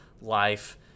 life